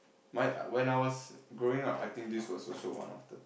my when I was growing up I think this was also one of the